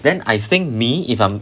then I think me if I'm